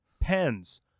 pens